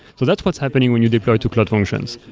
so that's what's happening when you deploy to cloud functions.